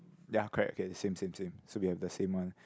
ya correct okay same same same so we have the same one